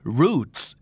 roots